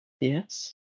Yes